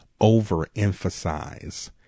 overemphasize